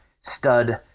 stud